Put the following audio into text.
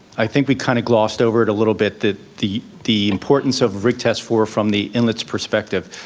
i think we kind of glossed over it a little bit that the the importance of rig test four from the inlet's perspective,